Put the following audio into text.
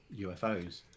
UFOs